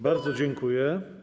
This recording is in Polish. Bardzo dziękuję.